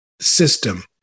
system